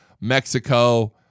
Mexico